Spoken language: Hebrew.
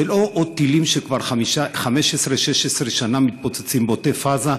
זה לא עוד טילים שכבר 16-15 שנה מתפוצצים בעוטף-עזה,